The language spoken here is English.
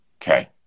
Okay